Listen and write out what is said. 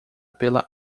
pela